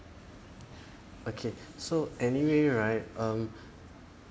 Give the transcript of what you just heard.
okay so anyway right um